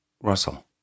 Russell